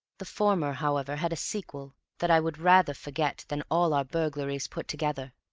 the former, however, had a sequel that i would rather forget than all our burglaries put together.